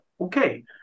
okay